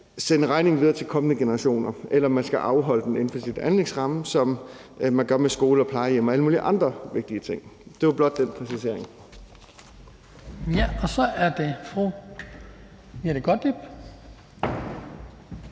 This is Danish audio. sende regningen videre til kommende generationer, eller om man skal afholde den inden for sin anlægsramme, som man gør med skoler og plejehjem og alle mulige andre vigtige ting. Det var blot for at præcisere